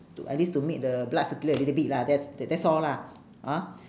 to at least to make the blood circulate a little bit lah that's tha~ that's all lah hor